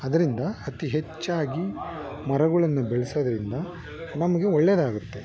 ಅದರಿಂದ ಅತೀ ಹೆಚ್ಚಾಗಿ ಮರಗಳನ್ನ ಬೆಳೆಸೋದ್ರಿಂದ ನಮಗೆ ಒಳ್ಳೆದಾಗುತ್ತೆ